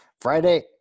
Friday